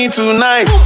tonight